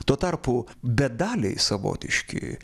tuo tarpu bedaliai savotiški